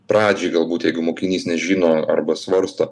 pradžiai galbūt jeigu mokinys nežino arba svarsto